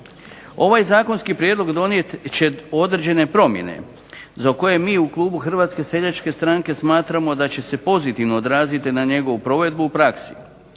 Ovaj zakonski prijedlog donijet će određene promjene za koje mi u klubu Hrvatske seljačke stranke smatramo da će se pozitivno odraziti na njegovu provedbu u praksi.